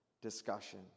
discussion